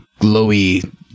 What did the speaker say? glowy